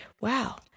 wow